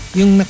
yung